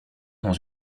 dans